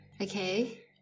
Okay